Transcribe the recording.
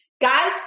Guys